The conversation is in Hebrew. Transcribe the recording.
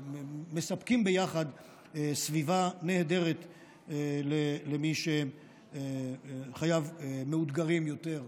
מספקים ביחד סביבה נהדרת למי שחייו מאותגרים יותר,